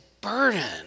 burden